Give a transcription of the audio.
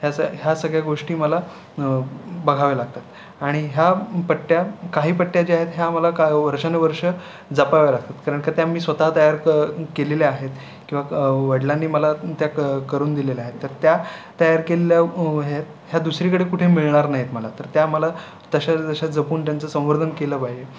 ह्या सग ह्या सगळ्या गोष्टी मला बघाव्या लागतात आणि ह्या पट्ट्या काही पट्ट्या ज्या आहेत ह्या मला का वर्षानुवर्ष जपाव्या लागतात कारण का त्या मला मी स्वतः तयार क केलेल्या आहेत किवा वडलांनी मला त्या कर करून दिलेल्या आहेत तर त्या तयार केलेल्या ह्या ह्या दुसरीकडे कुठे मिळणार नाही आहेत मला तर त्या मला तश्याच जश्या जपून त्यांचं संवर्धन केलं पाहिजे